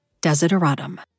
Desideratum